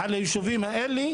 על היישובים האלה.